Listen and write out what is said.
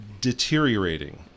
Deteriorating